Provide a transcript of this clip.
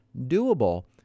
doable